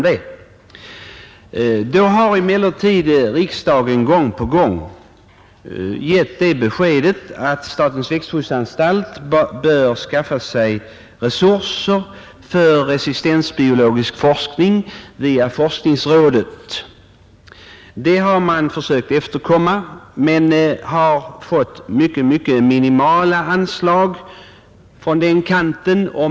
Då har emellertid riksdagen gång på gång gett det beskedet att statens växtskyddsanstalt bör skaffa sig resurser för resistensbiologisk forskning via forskningsrådet. Det har man försökt efterkomma men har fått minimala anslag från den kanten.